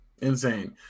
insane